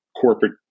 corporate